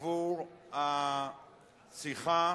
עבור השיחה,